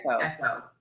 echo